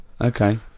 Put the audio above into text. Okay